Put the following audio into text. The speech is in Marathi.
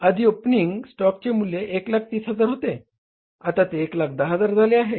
आधी ओपनिंग स्टॉकचे मूल्य 130000 होते आता ते 110000 झाले आहे